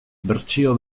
bertsio